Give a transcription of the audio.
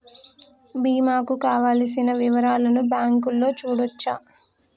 బీమా కు కావలసిన వివరాలను బ్యాంకులో చూడొచ్చా?